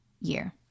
year